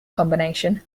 combination